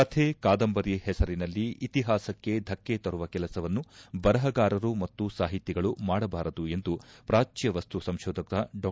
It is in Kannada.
ಕಥೆ ಕಾದಂಬರಿ ಹೆಸರಿನಲ್ಲಿ ಇತಿಹಾಸಕ್ಕೆ ಧಕ್ಕೆ ತರುವ ಕೆಲಸವನ್ನು ಬರಹಗಾರರು ಮತ್ತು ಸಾಹಿತಿಗಳು ಮಾಡಬಾರದು ಎಂದು ಪ್ರಾಚ್ಛವಸ್ತು ಸಂಶೋಧಕ ಡಾ